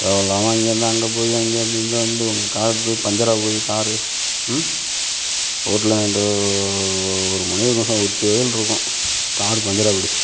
தேவையில்லாமல் இங்கயிருந்து அங்கே போய் அங்கயிருந்து இங்கே வந்து உங்க கார் எடுத்துகிட்டு போய் பஞ்சர் போய் கார் ரோட்டில நின்று ஒரு மணியிருக்கும் சார் உச்சி வெயில் இருக்கும் கார் பஞ்சராக போய்டுச்சி